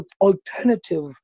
alternative